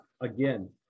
again